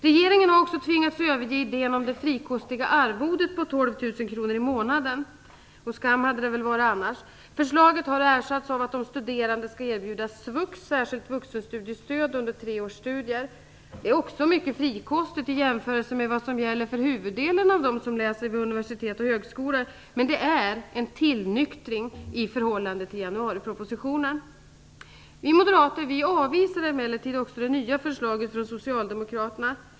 Regeringen har också tvingats överge idén om det frikostiga arvodet på 12 000 kr i månaden, och skam hade det varit annars. Förslaget har ersatts av att de studerande skall erbjudas svux, särskilt vuxenstudiestöd, under tre års studier. Detta är också mycket frikostigt i jämförelse mot vad som gäller för huvuddelen av dem som läser vid universitet och högskolor, men det är ändå en tillnyktring i förhållande till januaripropositionen. Vi moderater avvisar emellertid även det nya förslaget från Socialdemokraterna.